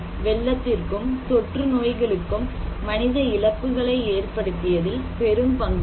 வெள்ளத்திற்கும் தொற்று நோய்களுக்கும் மனித இழப்புகளை ஏற்படுத்தியதில் பெரும் பங்கு உண்டு